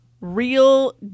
real